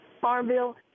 Farmville